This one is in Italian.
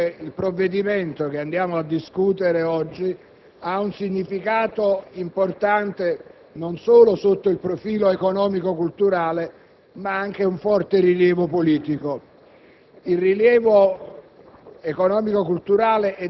a portare all'attenzione dei colleghi che il provvedimento che andiamo a discutere oggi non solo ha un significato importante sotto il profilo economico-culturale, ma anche un forte rilievo politico.